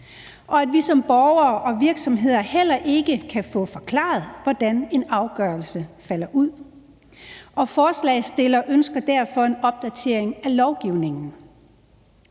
og at vi som borgere og virksomheder heller ikke kan få forklaret, hvordan en afgørelse falder ud. Forslagsstillerne ønsker derfor en opdatering af lovgivningen.